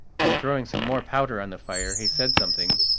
and throwing some more powder on the fire, he said something,